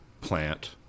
plant